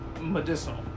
medicinal